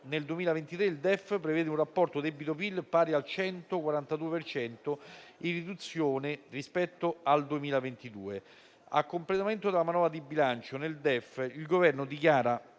nel 2023 il DEF prevede un rapporto debito-PIL pari al 142 per cento, in riduzione rispetto al 2022. A completamento della manovra di bilancio, nel DEF il Governo dichiara